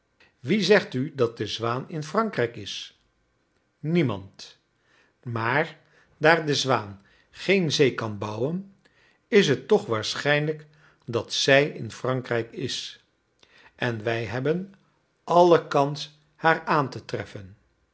wie zegt u dat de zwaan in frankrijk is niemand maar daar de zwaan geen zee kan bouwen is het toch waarschijnlijk dat zij in frankrijk is en wij hebben alle kans haar aan te treffen